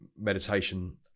meditation